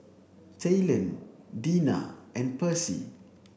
Talon Deena and Percy